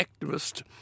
activist